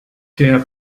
der